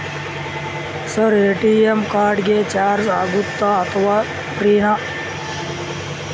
Sir ATM card ಗೆ charge ಆಗುತ್ತಾ ಅಥವಾ ಫ್ರೇ ನಾ?